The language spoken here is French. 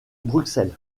bruxelles